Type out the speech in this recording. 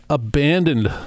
abandoned